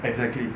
exactly